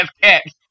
cats